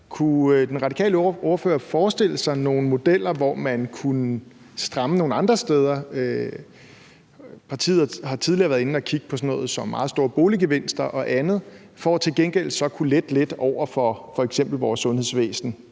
om den radikale ordfører kunne forestille sig nogle modeller, hvor man kunne stramme nogle andre steder. Partiet har tidligere været inde at kigge på, at der er nogle meget store boliggevinster og andet, og at man så til gengæld kunne lette lidt over for f.eks. vores sundhedsvæsen,